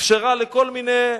אפשרה לכל מיני,